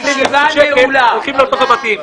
הישיבה נעולה.